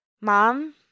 mom